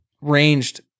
ranged